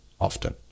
often